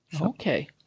Okay